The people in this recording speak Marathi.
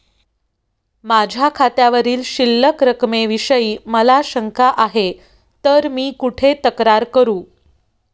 माझ्या खात्यावरील शिल्लक रकमेविषयी मला शंका आहे तर मी कुठे तक्रार करू?